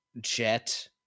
jet